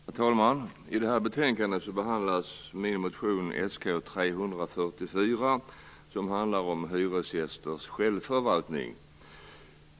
Herr talman! I detta betänkande behandlas min motion Sk344, som handlar om hyresgästers självförvaltning.